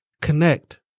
connect